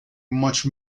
much